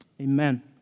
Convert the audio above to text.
amen